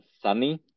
sunny